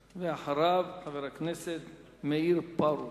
ואחריו, חבר הכנסת מאיר פרוש.